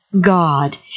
God